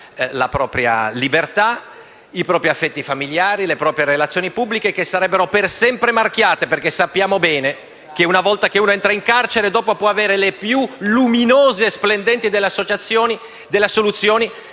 la propria libertà, i propri affetti familiari e le proprie relazioni pubbliche, che sarebbero per sempre marchiate, perché sappiamo bene che, una volta che uno entra in carcere, dopo può avere le più luminose e splendenti assoluzioni, ma poi